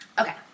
Okay